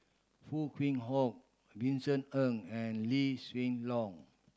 Foo Kwee Horng Vincent Ng and Lee Hsien Loong